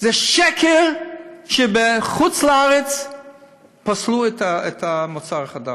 זה שקר שבחוץ-לארץ פסלו את המוצר החדש.